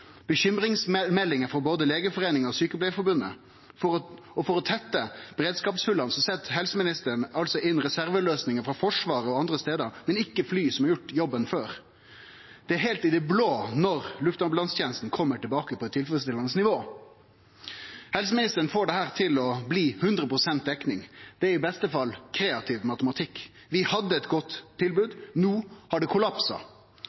bekymringsmeldingar frå både Legeforeningen og Sykepleierforbundet. Og for å tette beredskapshola set helseministeren inn reserveløysingar frå Forsvaret og andre stadar, men ikkje fly som har gjort jobben før. Det er heilt i det blå når luftambulansetenesta kjem tilbake på eit tilfredsstillande nivå. Helseministeren får dette til å bli 100 pst. dekning. Det er i beste fall kreativ matematikk. Vi hadde eit godt tilbod. No har det kollapsa.